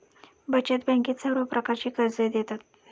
बचत बँकेत सर्व प्रकारची कर्जे देतात